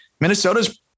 Minnesota's